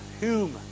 human